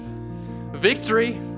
Victory